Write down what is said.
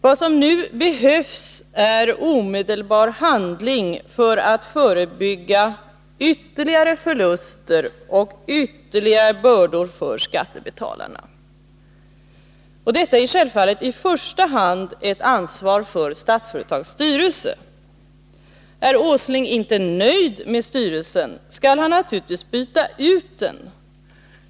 Vad som nu behövs är omedelbar handling för att förebygga ytterligare förluster och ytterligare bördor för skattebetalarna. Detta är självfallet i första hand ett ansvar för Statsföretags styrelse. Är Nils Åsling inte nöjd med styrelsen, skall han naturligtvis byta ut den.